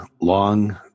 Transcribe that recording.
long